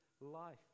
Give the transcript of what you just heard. life